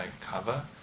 cover